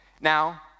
Now